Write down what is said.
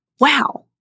wow